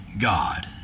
God